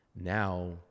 Now